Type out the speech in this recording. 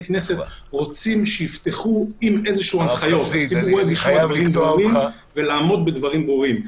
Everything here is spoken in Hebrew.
אנשים רוצים שיפתחו בתי כנסת עם איזה שהן הנחיות ולעמוד בדברים ברורים.